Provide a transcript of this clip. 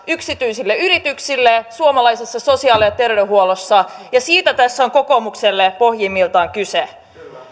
yksityisille yrityksille suomalaisessa sosiaali ja terveydenhuollossa siitä tässä on kokoomukselle pohjimmiltaan kyse